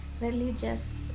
religious